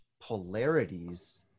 polarities